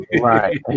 Right